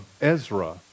Ezra